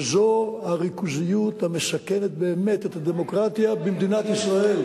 וזאת הריכוזיות המסכנת באמת את הדמוקרטיה במדינת ישראל.